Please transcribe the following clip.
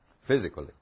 physically